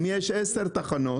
אם יש עשר תחנות